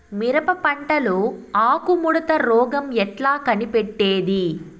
మిరప పంటలో ఆకు ముడత రోగం ఎట్లా కనిపెట్టేది?